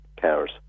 cars